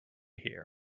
hear